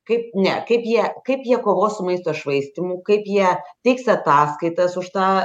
kaip ne kaip jie kaip jie kovos su maisto švaistymu kaip jie teiks ataskaitas už tą